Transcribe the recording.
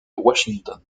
washington